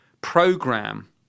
program